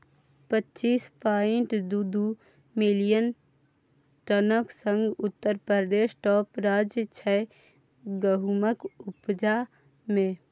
पच्चीस पांइट दु दु मिलियन टनक संग उत्तर प्रदेश टाँप राज्य छै गहुमक उपजा मे